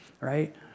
right